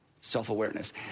self-awareness